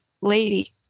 lady